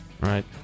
Right